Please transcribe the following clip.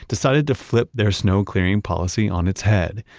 decided to flip their snow clearing policy on its head.